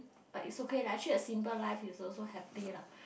but is okay lah actually a simple life is also happy lah